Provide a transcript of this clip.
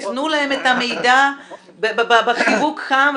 תנו להם את המידע בחיבוק חם,